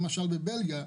בבלגיה,